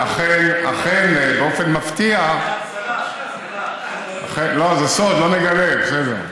אכן, באופן מפתיע, לא, זה סוד, לא נגלה, בסדר.